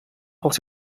pels